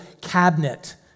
cabinet